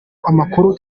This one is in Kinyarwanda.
amakuru